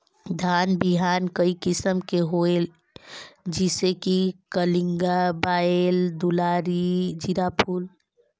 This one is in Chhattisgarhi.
धान बिहान कई किसम के होयल जिसे कि कलिंगा, बाएल दुलारी, जीराफुल?